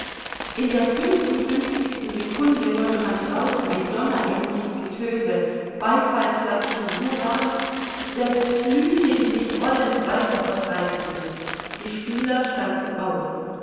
in der fünfundfünfzigsten secunde hörte man draußen ein donnerähnliches getöse beifallklatschen hurrahs selbst flüche die sich rollend weiter verbreiteten die spieler standen auf